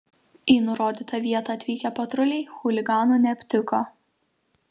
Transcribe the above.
į nurodytą vietą atvykę patruliai chuliganų neaptiko